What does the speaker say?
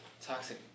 toxic